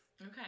Okay